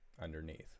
underneath